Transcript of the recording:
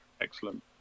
Excellent